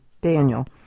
Daniel